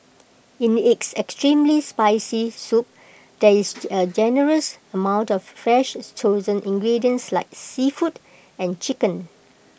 in its extremely spicy soup there is A generous amount of fresh chosen ingredients like seafood and chicken